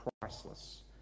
priceless